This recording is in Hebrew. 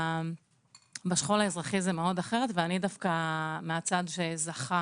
בשכול האזרחי זה אחרת ואני דווקא מהצד שזכה